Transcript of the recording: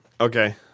Okay